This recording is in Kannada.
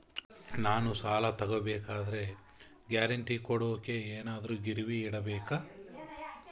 ನಾನು ಸಾಲ ತಗೋಬೇಕಾದರೆ ಗ್ಯಾರಂಟಿ ಕೊಡೋಕೆ ಏನಾದ್ರೂ ಗಿರಿವಿ ಇಡಬೇಕಾ?